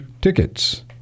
tickets